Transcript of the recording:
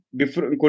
different